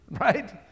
right